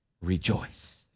rejoice